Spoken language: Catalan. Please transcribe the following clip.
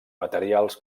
materials